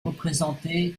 représentée